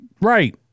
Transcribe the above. right